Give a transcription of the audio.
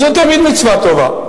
אז זו תמיד מצווה טובה.